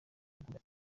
bagura